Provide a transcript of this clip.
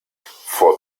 for